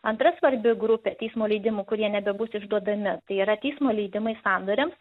antra svarbi grupė teismo leidimų kurie nebebus išduodami tai yra teismo leidimai sandoriams